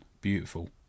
Beautiful